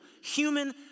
human